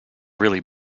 really